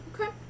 Okay